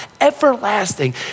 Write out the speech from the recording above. everlasting